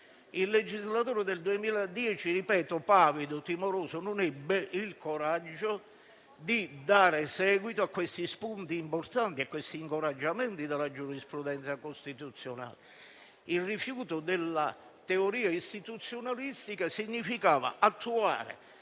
Il legislatore del 2010, pavido e timoroso, non ebbe il coraggio di dare seguito a questi spunti importanti, agli incoraggiamenti della giurisprudenza costituzionale. Il rifiuto della teoria istituzionalistica significava attuare